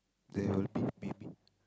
there will be maybe